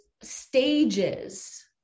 stages